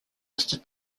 listed